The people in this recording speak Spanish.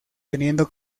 teniendo